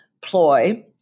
ploy